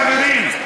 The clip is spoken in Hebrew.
חברים.